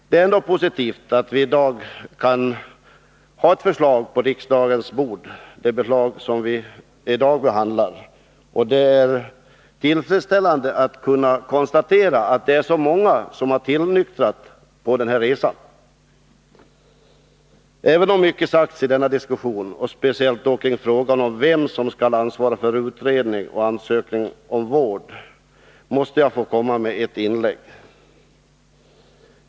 Det är ändå positivt att vi i dag kan ha ett förslag på riksdagens bord-det Nr 52 förslag som vi i dag behandlar — och det är tillfredsställande att kunna konstatera, att många tillnyktrat på den här resan. Även om mycket sagts i denna diskussion, speciellt om vem som skall ha ansvar för utredning och ansökan om vård, måste jag få komma med ett inlägg.